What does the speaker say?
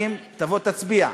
תבוא תצביע.